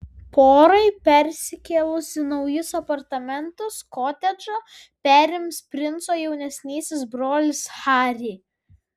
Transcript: porai persikėlus į naujus apartamentus kotedžą perims princo jaunesnysis brolis harry